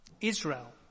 Israel